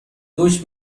هوش